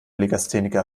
legastheniker